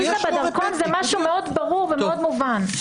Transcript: בדרכון זה משהו מאוד ברור ומאוד מובן.